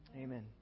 Amen